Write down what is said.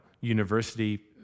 university